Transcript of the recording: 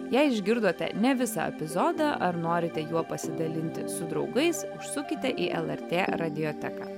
jei išgirdote ne visą epizodą ar norite juo pasidalinti su draugais užsukite į lrt radioteką